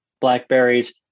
blackberries